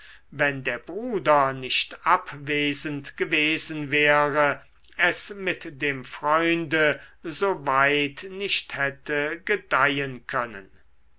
wenn der bruder nicht abwesend gewesen wäre es mit dem freunde so weit nicht hätte gedeihen können